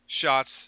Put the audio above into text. shots